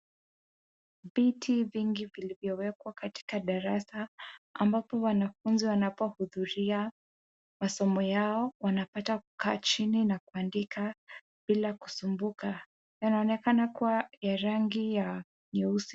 Viti vingi vilivyowekwa katika darasa, ambapo wanafunzi wanapohudhuria masomo yao wanapata kukaa chini na kuandika bila kusumbuka. Yanaonekana kuwa ya rangi nyeusi.